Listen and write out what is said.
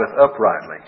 uprightly